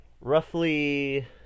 roughly